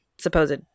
supposed